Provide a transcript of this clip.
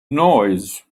noise